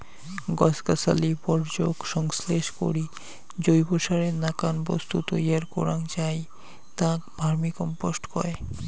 গছ গছালি বর্জ্যক সংশ্লেষ করি জৈবসারের নাকান বস্তু তৈয়ার করাং যাই তাক ভার্মিকম্পোস্ট কয়